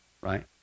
right